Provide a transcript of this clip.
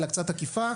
אלא קצת עקיפה.